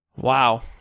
Wow